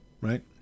right